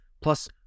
Plus